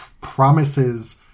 promises